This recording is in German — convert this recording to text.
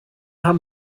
haben